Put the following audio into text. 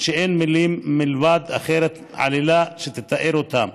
שאין מילה אחרת מלבד "עלילה" שתתאר אותם.